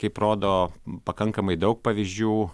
kaip rodo pakankamai daug pavyzdžių